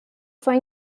foi